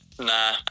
Nah